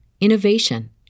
innovation